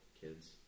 kids